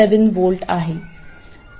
7V आहे